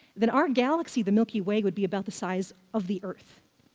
then our galaxy, the milky way, would be about the size of the earth.